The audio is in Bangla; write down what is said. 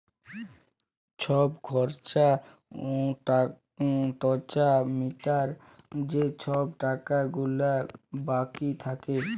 ছব খর্চা টর্চা মিটায় যে ছব টাকা গুলা বাকি থ্যাকে